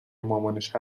مامانش